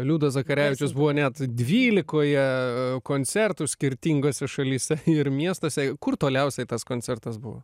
liudas zakarevičius buvo net dvylikoje koncertų skirtingose šalyse ir miestuose kur toliausiai tas koncertas buvo